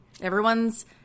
Everyone's